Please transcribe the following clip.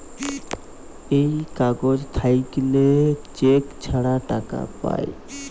এই কাগজ থাকল্যে চেক ছাড়া টাকা পায়